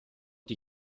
die